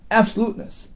absoluteness